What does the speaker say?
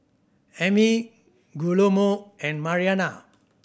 Ami Guillermo and Mariana